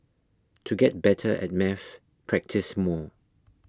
to get better at maths practise more